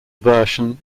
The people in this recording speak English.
version